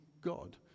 God